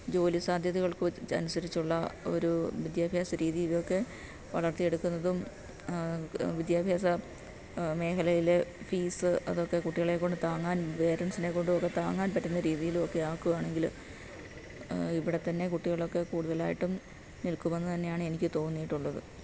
ജോലി സാധ്യതകൾക്ക് അനുസരിച്ചുള്ള ഒരു വിദ്യാഭ്യാസ രീതി ഇതൊക്കെ വളർത്തിയെടുക്കുന്നതും വിദ്യാഭ്യാസ മേഖലയില് ഫീസ് അതൊക്കെ കുട്ടികളെക്കൊണ്ട് താങ്ങാൻ പാരൻസിനെ കൊണ്ടും ഒക്കെ താങ്ങാൻ പറ്റുന്ന രീതിയിലൊക്കെ ആക്കുകയാണെങ്കില് ഇവിടെ തന്നെ കുട്ടികളൊക്കെ കൂടുതലായിട്ടും നിൽക്കുമെന്ന് തന്നെയാണ് എനിക്ക് തോന്നിയിട്ടുള്ളത്